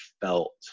felt